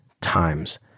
times